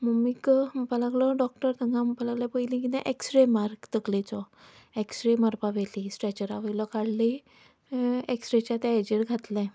मम्मीक म्हणपाक लागलो डॉक्टर तांकां म्हणपाक लागलो पयलीं कितें एक्सरे मार तकलेचो एक्सरे मारपाक व्हेली स्ट्रॅचरा वयलो काडली एक्सरेचे ते हेजेर घातलें